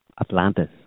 Atlantis